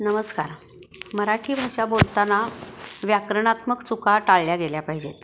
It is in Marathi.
नमस्कार मराठी भाषा बोलताना व्याकरणात्मक चुका टाळल्या गेल्या पाहिजेत